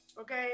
okay